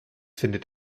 findet